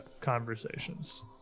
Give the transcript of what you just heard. conversations